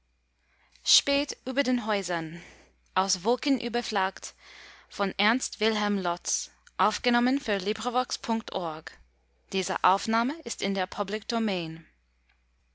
spät über den häusern